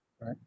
right